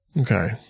Okay